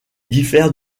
diffère